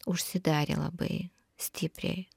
užsidarė labai stipriai